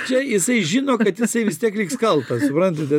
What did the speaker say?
čia jisai žino kad jisai vis tiek liks kaltas suprantate